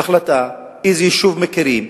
החלטה באיזה יישוב מכירים,